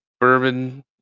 bourbon